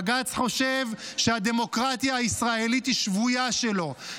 בג"ץ חושב שהדמוקרטיה הישראלית היא שבויה שלו,